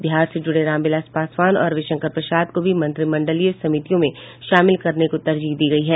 बिहार से जूड़े रामविलास पासवान और रविशंकर प्रसाद को भी मंत्रिमंडलीय समितियों में शामिल करने को तरजीह दी गयी है